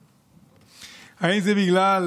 האם זה בגלל